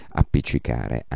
appiccicare